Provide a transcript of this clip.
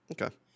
Okay